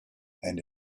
and